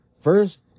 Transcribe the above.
First